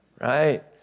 right